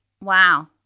wow